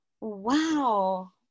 Wow